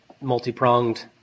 multi-pronged